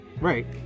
Right